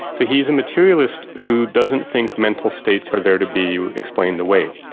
so he's a materialist who doesn't think mental states are there to be explained away,